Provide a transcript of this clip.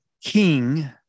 King